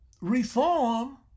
reform